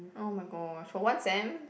oh my gosh for one sem